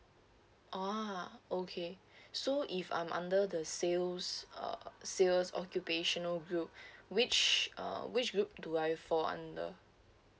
oh okay so if I'm under the sales uh sales occupational group which uh which group do I fall under